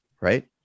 Right